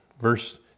Verse